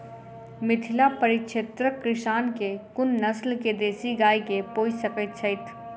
मिथिला परिक्षेत्रक किसान केँ कुन नस्ल केँ देसी गाय केँ पोइस सकैत छैथि?